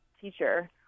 teacher